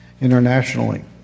internationally